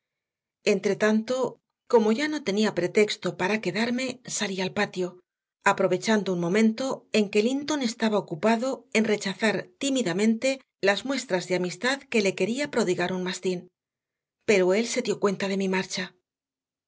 dijese entretanto como ya no tenía pretexto para quedarme salí al patio aprovechando un momento en que linton estaba ocupado en rechazar tímidamente las muestras de amistad que le quería prodigar un mastín pero él se dio cuenta de mi marcha